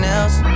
else